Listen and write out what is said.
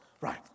Right